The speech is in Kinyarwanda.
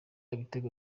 ibitego